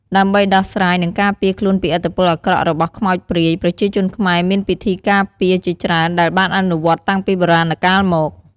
ដើម្បីដោះស្រាយ និងការពារខ្លួនពីឥទ្ធិពលអាក្រក់របស់ខ្មោចព្រាយ ប្រជាជនខ្មែរមានពិធីការពារជាច្រើនដែលបានអនុវត្តន៍តាំងពីបុរាណកាលមក។